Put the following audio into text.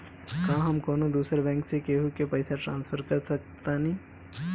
का हम कौनो दूसर बैंक से केहू के पैसा ट्रांसफर कर सकतानी?